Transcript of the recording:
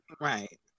right